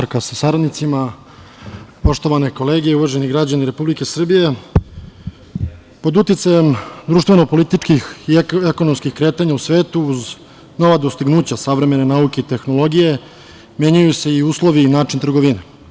Uvažena ministarka sa saradnicima, poštovane kolege, uvaženi građani Republike Srbije, pod uticajem društveno političkih i ekonomskih kretanja u svetu, uz nova dostignuća savremene nauke i tehnologije, menjaju se uslovi i način trgovine.